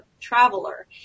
Traveler